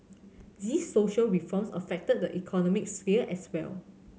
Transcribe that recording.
these social reforms affect the economic sphere as well